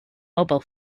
mobile